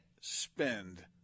spend